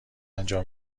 انجام